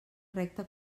recta